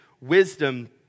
wisdom